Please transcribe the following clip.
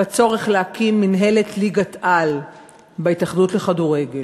בצורך להקים מינהלת ליגת-על בהתאחדות לכדורגל,